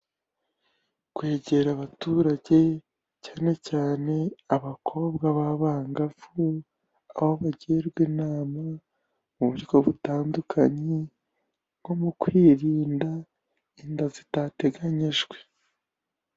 Kwegera abaturage cyane cyane abakobwa b'abangafu aho bagirwa inama mu buryo butandukanye nko mu kwirinda inda zitateganyijwe.